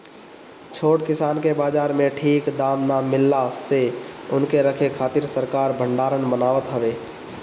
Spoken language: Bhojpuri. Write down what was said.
छोट किसान के बाजार में ठीक दाम ना मिलला से उनके रखे खातिर सरकार भडारण बनावत हवे